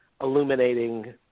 illuminating